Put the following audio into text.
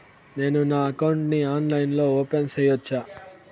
నేను నా అకౌంట్ ని ఆన్లైన్ లో ఓపెన్ సేయొచ్చా?